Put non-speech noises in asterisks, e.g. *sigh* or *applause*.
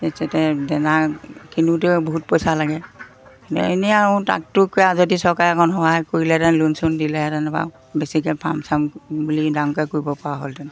*unintelligible* দানা কিনোতেও বহুত পইচা লাগে এনেই আৰু টাক টুককৈ যদি চৰকাৰে অকণ সহায় কৰিলেহেঁতেন লোন চোন দিলেহেঁতেন *unintelligible* বেছিকৈ ফাৰ্ম চাৰ্ম বুলি ডাঙৰকৈ কৰিব পৰা হ'লহেঁতেন